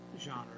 genre